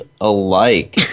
alike